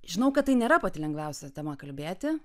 žinau kad tai nėra pati lengviausia tema kalbėti